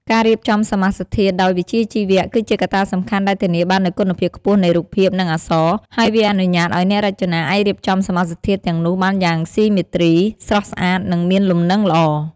ការរៀបចំសមាសធាតុដោយវិជ្ជាជីវៈ គឺជាកត្តាសំខាន់ដែលធានាបាននូវគុណភាពខ្ពស់នៃរូបភាព និងអក្សរ ហើយវាអនុញ្ញាតឲ្យអ្នករចនាអាចរៀបចំសមាសធាតុទាំងនោះបានយ៉ាងស៊ីមេទ្រី ស្រស់ស្អាត និងមានលំនឹងល្អ។